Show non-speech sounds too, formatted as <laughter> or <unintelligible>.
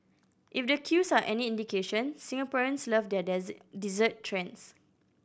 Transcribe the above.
if the queues are any indication Singaporeans love their <unintelligible> dessert trends